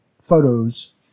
photos